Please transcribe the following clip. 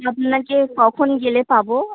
আপনাকে কখন গেলে পাবো